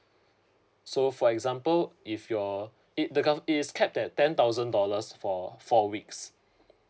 so for example if your it the government is cap that ten thousand dollars for four weeks